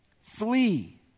flee